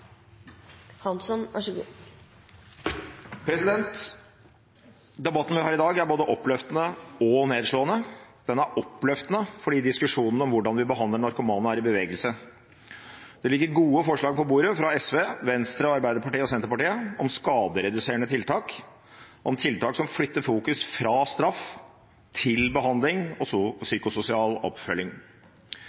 oppløftende fordi diskusjonen om hvordan vi behandler narkomane, er i bevegelse. Det ligger gode forslag på bordet fra SV, Venstre, Arbeiderpartiet og Senterpartiet om skadereduserende tiltak, om tiltak som flytter fokus fra straff til behandling og psykososial oppfølging,